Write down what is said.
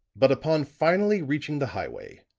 but upon finally reaching the highway,